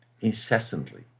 incessantly